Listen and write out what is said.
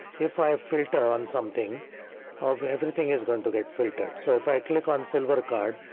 if i filter on something of everything is going to get filtered. so if i click on silver card,